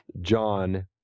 John